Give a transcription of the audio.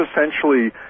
essentially